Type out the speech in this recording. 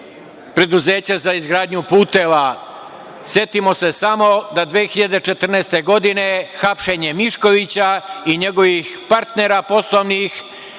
preduzeća za izgradnju puteva. Setimo se samo da 2014. godine hapšenje Miškovića i njegovih partnera poslovnih,